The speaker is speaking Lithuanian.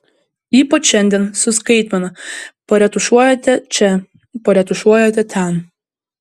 ypač šiandien su skaitmena paretušuojate čia paretušuojate ten